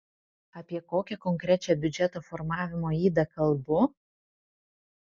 apie kokią konkrečią biudžeto formavimo ydą kalbu